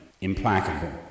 implacable